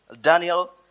Daniel